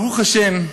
ברוך השם,